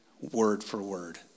word-for-word